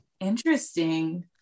Interesting